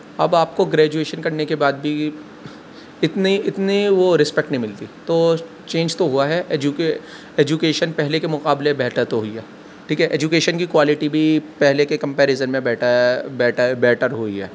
اب آپ کو گریجویشن کرنے کے بعد بھی اتنی اتنی وہ رسپیکٹ نہیں ملتی تو چینج تو ہوا ہے ایجوکے ایجوکیشن پہلے کے مقابلے بیٹر تو ہوئی ہے ٹھیک ہے ایجوکیشن کی کوالٹی بھی پہلے کے کمپیریزن میں بیٹر بیٹر بیٹر ہوئی ہے